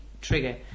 Trigger